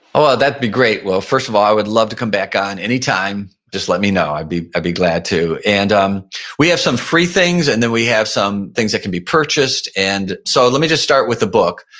oh, that'd be great. well, first of all, i would love to come back on anytime. just let me know. i'd be be glad to. and um we have some free things and then we have some things that can be purchased. and so let me just start with the book.